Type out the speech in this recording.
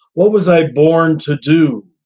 what was i born to do?